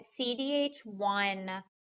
CDH1